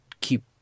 keep